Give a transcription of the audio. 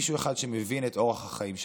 מישהו אחד שמבין את אורח החיים שלי.